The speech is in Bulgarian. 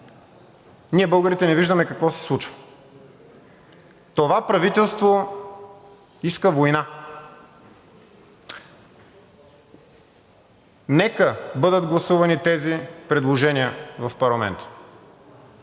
ние българите не виждаме какво се случва. Това правителство иска война, нека бъдат гласувани тези предложения в парламента.